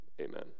Amen